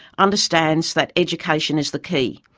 understands that education is the key.